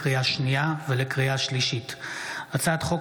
לקריאה שנייה ולקריאה שלישית: הצעת חוק